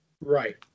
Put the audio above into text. Right